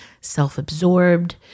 self-absorbed